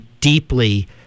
deeply